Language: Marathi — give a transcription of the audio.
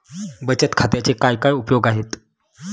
बचत खात्याचे काय काय उपयोग आहेत?